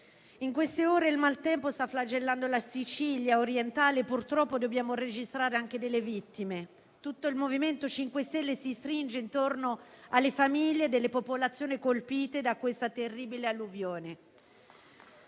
in queste ore il maltempo sta flagellando la Sicilia orientale e purtroppo dobbiamo registrare anche delle vittime. Tutto il MoVimento 5 Stelle si stringe intorno alle famiglie delle popolazioni colpite da questa terribile alluvione.